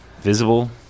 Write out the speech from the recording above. visible